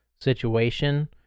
situation